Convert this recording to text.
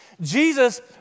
Jesus